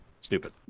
stupid